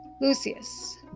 Lucius